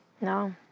No